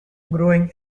growing